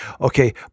Okay